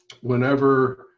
whenever